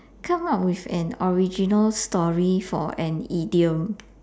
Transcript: come up with an original story for an idiom